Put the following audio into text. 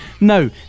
no